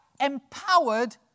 empowered